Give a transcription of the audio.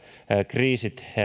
kriisit